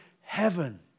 heaven